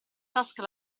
tasca